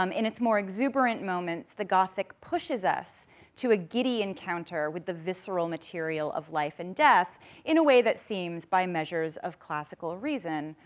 um in its more exuberant moments, the gothic pushes us to a giddy encounter with the visceral material of life and death in a way that seems, by measures of classical reasons,